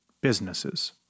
businesses